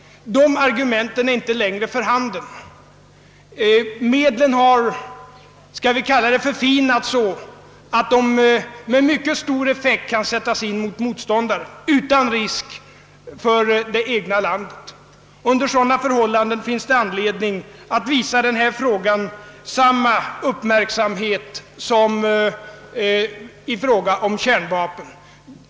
De argumenten är emellertid inte längre för handen. Medlen har »förfinats» så att de med mycket stor effekt kan sättas in mot motståndare utan risk för det egna landet. Under sådana förhållanden finns det anledning att visa denna fråga samma uppmärksamhet som frågan om kärnvapen.